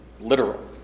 literal